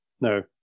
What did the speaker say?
No